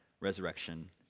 resurrection